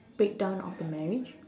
the breakdown of the marriage